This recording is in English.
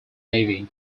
navy